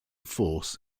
force